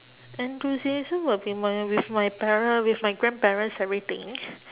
enthusiasm would be my with my pare~ with my grandparents everything